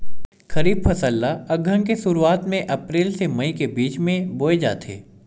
खरीफ फसल ला अघ्घन के शुरुआत में, अप्रेल से मई के बिच में बोए जाथे